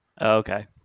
Okay